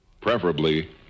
preferably